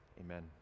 amen